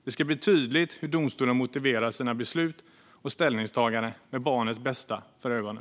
Det ska bli tydligt hur domstolarna motiverar sina beslut och ställningstaganden med barnets bästa för ögonen.